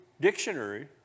dictionary